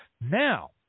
Now